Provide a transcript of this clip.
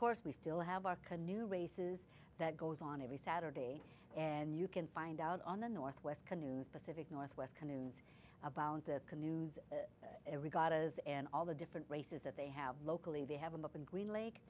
course we still have our canoe races that goes on every saturday and you can find out on the northwest canoes pacific northwest canoes abounded canoes regattas and all the different races that they have locally they have an open green lake